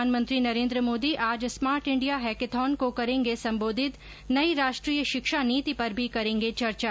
प्रधानमंत्री नरेन्द्र मोदी आज smart India hackathon को करेंगे संबोधित नई राष्ट्रीय शिक्षा नीति पर भी करेंगे चर्चा